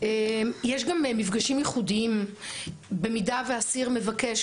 יש גם מפגשים ייחודיים במידה והאסיר מבקש.